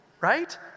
right